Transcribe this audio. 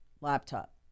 laptop